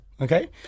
okay